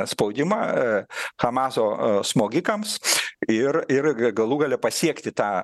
spaudimą hamazo smogikams ir ir galų gale pasiekti tą